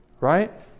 right